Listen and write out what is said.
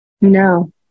No